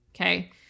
Okay